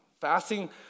Fasting